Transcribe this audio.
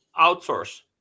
outsource